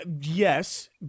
yes